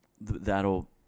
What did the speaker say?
That'll